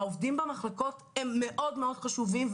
העובדים במחלקות הם מאוד מאוד חשובים,